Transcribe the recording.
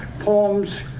poems